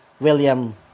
William